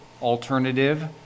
alternative